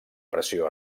pressió